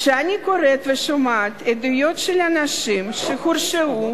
כשאני קוראת ושומעת עדויות של אנשים שהורשעו